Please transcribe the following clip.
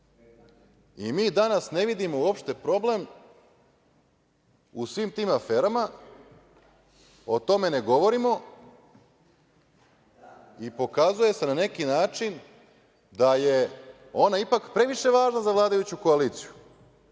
I mi danas ne vidimo uopšte problem u svim tim aferama, o tome ne govorimo i pokazuje se na neki način da je ona ipak previše važna za vladajuću koaliciju,